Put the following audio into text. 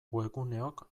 webguneok